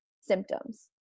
symptoms